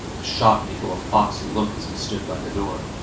shot miko a foxy look as he stood by the door.